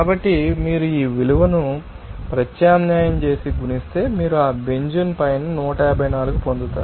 కాబట్టి మీరు ఈ విలువను ప్రత్యామ్నాయం చేసి గుణిస్తే మీరు ఆ బెంజీన్ పైన 154 పొందుతారు